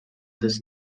this